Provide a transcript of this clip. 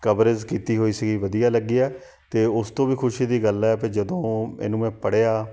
coverage ਕੀਤੀ ਹੋਈ ਸੀ ਵਧੀਆ ਲੱਗਿਆ ਅਤੇ ਉਸ ਤੋਂ ਵੀ ਖੁਸ਼ੀ ਦੀ ਗੱਲ ਹੈ ਵੀ ਜਦੋਂ ਇਹਨੂੰ ਮੈਂ ਪੜ੍ਹਿਆ